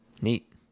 Neat